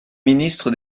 ministre